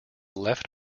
left